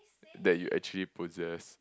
that you actually possess